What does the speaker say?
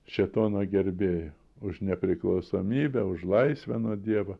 šėtono gerbėjų už nepriklausomybę už laisvę nuo dievo